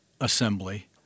assembly